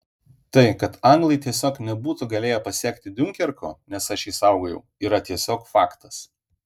tai kad anglai tiesiog nebūtų galėję pasiekti diunkerko nes aš jį saugojau yra tiesiog faktas